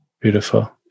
beautiful